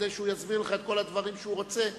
כדי שהוא יסביר לך את כל הדברים שהוא רוצה,